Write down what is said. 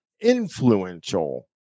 influential